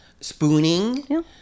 spooning